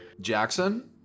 Jackson